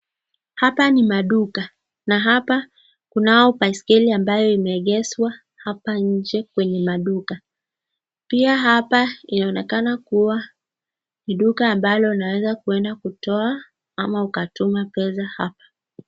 Hapa ni maduka na hapa kunyo baiskeli ambayo imeegezwa hapa nje kwenye maduka. Pia hapa inaonekana kuwa ni duka ambalo unaweza kuenda kutoa ama ukatume pesa hapa.